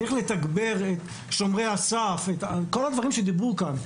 צריך לתגבר את שומרי הסף ואת כל הדברים שדיברו כאן.